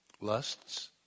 lusts